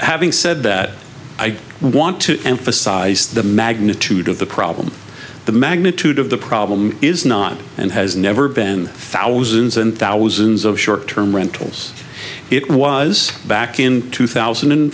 having said that i want to emphasize the magnitude of the problem the magnitude of the problem is not and has never been thousands of thousands of short term rentals it was back in two thousand and